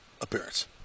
appearance